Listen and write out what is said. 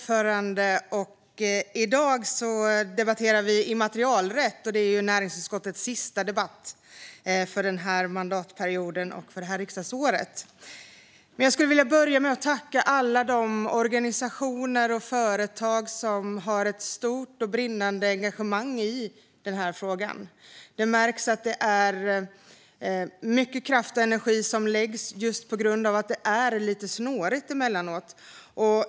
Fru talman! I dag debatterar vi immaterialrätt, och det är näringsutskottets sista debatt för den här mandatperioden och för det här riksdagsåret. Jag skulle vilja börja med att tacka alla de organisationer och företag som har ett stort och brinnande engagemang i frågan. Det märks att det är mycket kraft och energi som läggs på dessa frågor just på grund av att de emellanåt är snåriga.